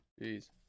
Jeez